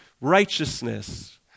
righteousness